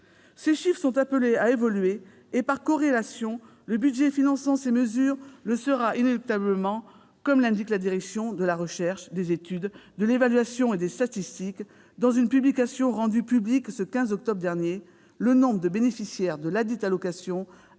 Celui-ci est appelé à évoluer. Par corrélation, le budget finançant ces mesures le sera inéluctablement. Comme l'indique la direction de la recherche, des études, de l'évaluation et des statistiques, dans une publication rendue publique le 15 octobre dernier, le nombre de bénéficiaires de l'allocation aux